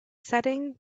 setting